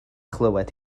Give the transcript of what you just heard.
chlywed